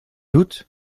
doet